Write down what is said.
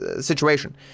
situation